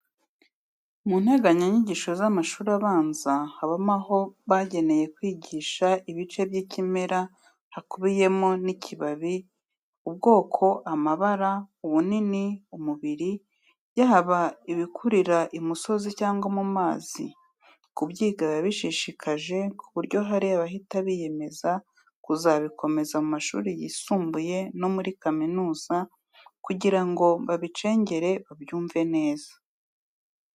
Mu nteganyanyigisho z'amashuri abanza, habamo aho bageneye kwigisha ibice by'ikimera hakubiyemo n'ikibabi, ubwoko, amabara, ubunini, umubiri, yaba ibikurira imusozi cyangwa mu mazi, kubyiga biba bishishikaje ku buryo hari abahita biyemeza kuzabikomeza mu mashuri yisumbuye no muri kaminuza kugira ngo babicengere babyumve neza.